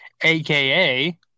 aka